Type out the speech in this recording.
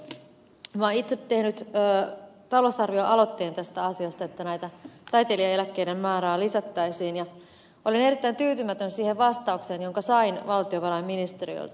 olen itse tehnyt talousarvioaloitteen tästä asiasta että näiden taiteilijaeläkkeiden määrää lisättäisiin ja olin erittäin tyytymätön siihen vastaukseen jonka sain valtiovarainministeriöltä